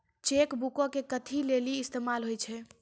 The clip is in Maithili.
चेक बुको के कथि लेली इस्तेमाल होय छै?